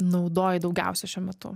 naudoji daugiausia šiuo metu